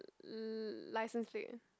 l~ license plate ah